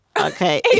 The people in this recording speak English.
Okay